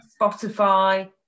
Spotify